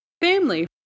family